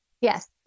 Yes